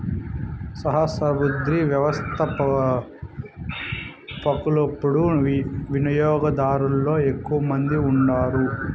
సహస్రాబ్ది వ్యవస్థపకులు యిపుడు వినియోగదారులలో ఎక్కువ మంది ఉండారు